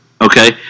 Okay